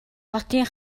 хотын